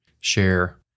share